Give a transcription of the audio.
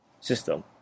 system